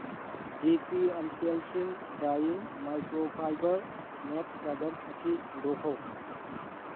ꯗꯤ P ꯑꯟꯇꯦꯟꯁꯤꯡ drying microfibre mat product ꯑꯁꯤ ꯍꯟꯗꯣꯛꯈꯣ